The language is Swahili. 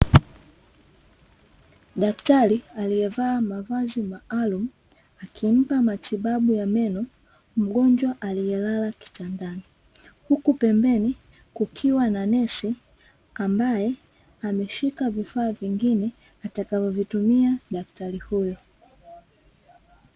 Daktari aliyevaa mavazi maalumu, akimpa matibabu ya meno mgonjwa aliyelala kitandani huku pembeni kukiwa na nurse, ambae ameshika vifaa vingine, atakavyotumia daktari huyo.